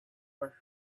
were